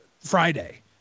Friday